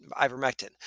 Ivermectin